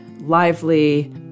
lively